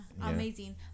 amazing